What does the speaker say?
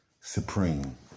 supreme